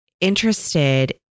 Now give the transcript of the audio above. interested